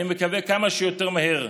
אני מקווה כמה שיותר מהר,